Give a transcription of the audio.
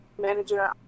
manager